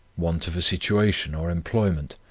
want of a situation or employment,